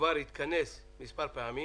כבר התכנס מספר פעמים